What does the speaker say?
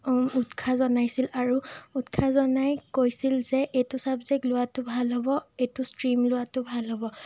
আ উৎসাহ জনাইছিল আৰু উৎসাহ জনাই কৈছিল যে এইটো চাব্জেক্ট লোৱাটো ভাল হ'ব এইটো ষ্ট্ৰীম লোৱাটো ভাল হ'ব